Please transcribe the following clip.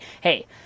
hey